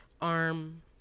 arm